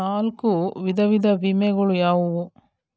ನಾಲ್ಕು ವಿಧದ ವಿಮೆಗಳು ಯಾವುವು?